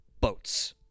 boats